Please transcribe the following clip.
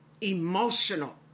emotional